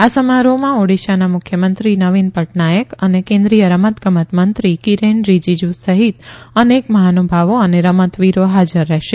આ સમારોહમાં ઓડીશાના મુખ્યમંત્રી નવીન પટનાઇક અને કેન્દ્રિય રમત ગમત મંત્રી કિરેન રીજીજુ સહિત અનેક મહાનુભાવો અને રમતવીરો હાજર રહેશે